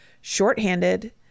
shorthanded